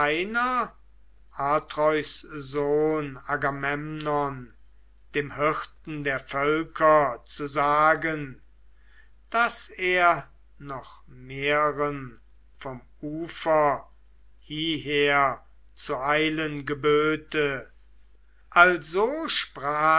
atreus sohn agamemnon dem hirten der völker zu sagen daß er noch mehren vom ufer hieher zu eilen geböte also sprach